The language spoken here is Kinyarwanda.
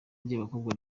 ry’abakobwa